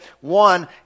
one